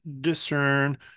discern